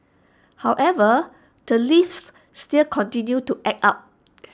however the lifts still continue to act up